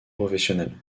professionnel